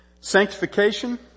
Sanctification